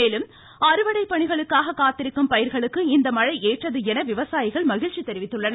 மேலும் அறுவடை பணிகளுக்காக காத்திருக்கும் பயிர்களுக்கு இந்த மழை ஏற்றது என விவசாயிகள் மகிழ்ச்சி தெரிவித்துள்ளனர்